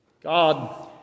God